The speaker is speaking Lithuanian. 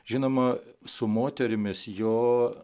žinoma su moterimis jo